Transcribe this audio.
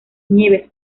nieves